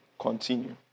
Continue